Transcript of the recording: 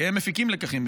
כי הם מפיקים לקחים,